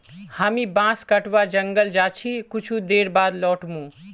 हामी बांस कटवा जंगल जा छि कुछू देर बाद लौट मु